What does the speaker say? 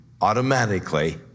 automatically